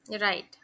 Right